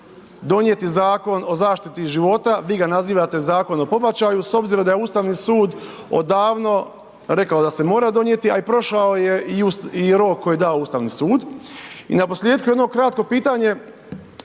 donijeti Zakon o zaštiti života, vi ga nazivate Zakon o pobačaju s obzirom da je Ustavni sud odavno rekao da se mora donijeti a i prošao je i rok koji je dao Ustavni sud? I naposljetku jedno kratko pitanje,